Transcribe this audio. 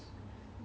so